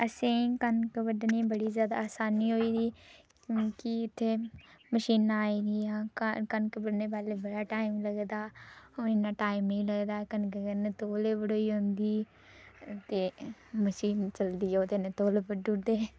असेंगी कनक बड्ढने गी बड़ी ज्यादा आसानी होई दी कि इत्थै मशीनां आई दियां कनक बड्ढने गी पैहलें बड़ा टाइम लगदा हा हून इन्ना टाइम नेईं लगदा कनक बड्ढने गी तौले बढोई जंदी ते मशीन चलदी ओहदे कन्नै तौले बड्ढी ओड़दे